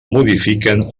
modifiquen